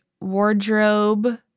wardrobe